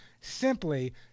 simply